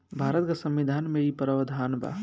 भारत के संविधान में इ प्रावधान बा